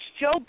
Joe